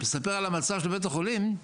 מספר על המצב של בי החולים,